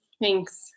Thanks